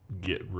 get